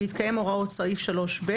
בהתקיים הוראות סעיף 3(ב),